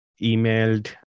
emailed